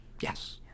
Yes